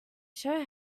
show